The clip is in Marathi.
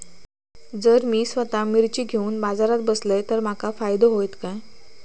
जर मी स्वतः मिर्ची घेवून बाजारात बसलय तर माका फायदो होयत काय?